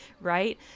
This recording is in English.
Right